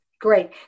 Great